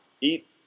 eat